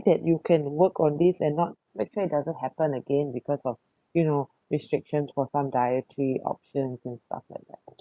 that you can work on this and not make sure it doesn't happen again because of you know restrictions for some dietary options and stuff like that